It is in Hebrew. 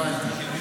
הבנתי.